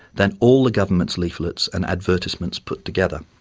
than all the government's leaflets and advertisements put together.